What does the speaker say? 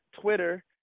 Twitter